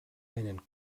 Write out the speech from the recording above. einen